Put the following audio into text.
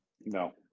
No